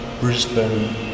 Brisbane